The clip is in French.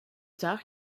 tard